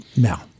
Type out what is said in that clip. now